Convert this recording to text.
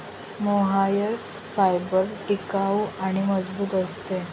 mohair fibre टिकाऊ आणि मजबूत असते